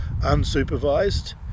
unsupervised